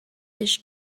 his